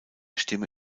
stimme